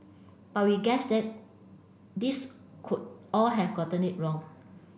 but we guess that these could all have gotten it wrong